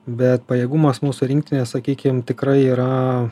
bet pajėgumas mūsų rinktinės sakykim tikrai yra